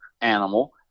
animal